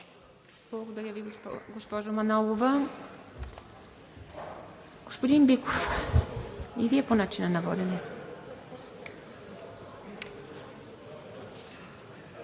Благодаря Ви, госпожо Манолова. Господин Биков, и Вие по начина на водене.